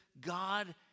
God